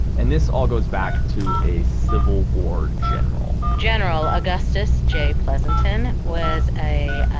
and this all goes back to a civil war general general augustus j. pleasanton was a